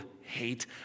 hate